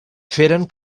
feren